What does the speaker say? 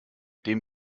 dem